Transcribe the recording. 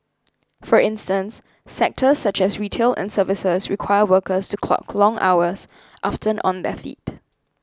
for instance sectors such as retail and services require workers to clock long hours often on their feet